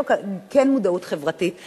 וכן יש לו מודעות חברתית,